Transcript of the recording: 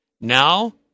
Now